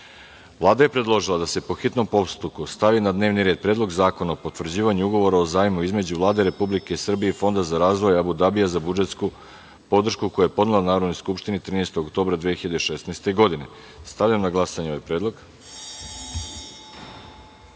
je predložila da se po hitnom postupku stavi na dnevni red Predlog zakona o potvrđivanju Ugovora o zajmu između Vlade Republike Srbije i Fonda za razvoj Abu Dabija za budžetsku podršku, koju je podnela Narodnoj skupštini 13. oktobra 2016. godine. Stavljam na glasanje ovaj